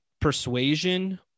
persuasion